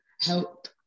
help